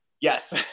Yes